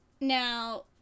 Now